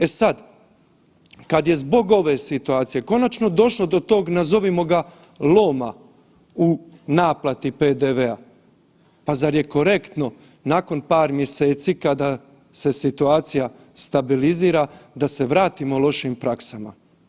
E sad kada je zbog ove situacije konačno došlo do toga nazovimo ga loma u naplati PDV-a, pa zar je korektno nakon par mjeseci kada se situacija stabilizira da se vratimo lošim praksama.